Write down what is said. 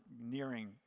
nearing